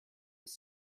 was